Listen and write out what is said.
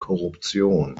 korruption